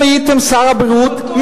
אתם הייתם, שר הבריאות.